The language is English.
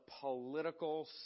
political